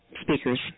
speakers